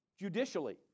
judicially